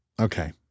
Okay